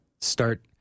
start